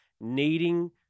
needing